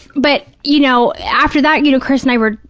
but, you know, after that, you know, chris and i were,